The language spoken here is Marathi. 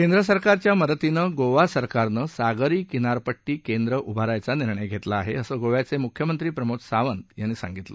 केंद्र सरकारच्या मदतीनं गोवा सरकारनं सागरी किनारपट्टी केंद्र उभारायचा निर्णय घेतला आहे असं गोव्याचे मुख्यमंत्री प्रमोद सावंत यांनी सांगितलं